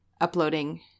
uploading